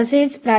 तसेच प्रा